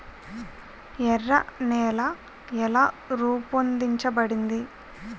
ఎర్ర నేల ఎలా రూపొందించబడింది?